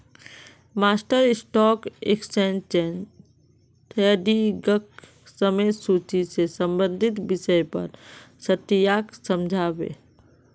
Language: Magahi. मास्टर स्टॉक एक्सचेंज ट्रेडिंगक समय सूची से संबंधित विषय पर चट्टीयाक समझा बे